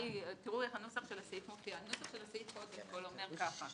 הנוסח של הסעיף אומר ככה.